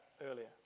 earlier